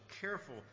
careful